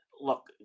look